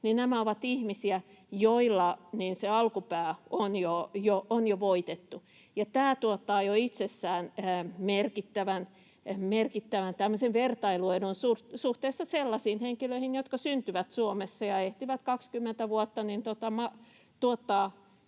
ovat ihmisiä, joilla se alkupää on jo voitettu, ja tämä tuottaa jo itsessään tämmöisen merkittävän vertailuedun suhteessa sellaisiin henkilöihin, jotka syntyvät Suomessa ja ehtivät 20 vuotta